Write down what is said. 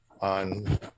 on